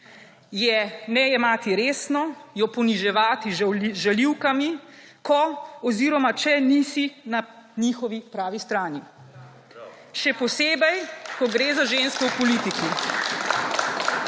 je ne jemati resno, jo poniževati z žaljivkami, ko oziroma če nisi na njihovi pravi strani, še posebej ko gre za žensko v politiki.